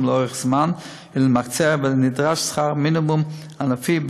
לאורך זמן ולהתמקצע נדרש שכר מינימום ענפי,